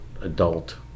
adult